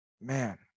Man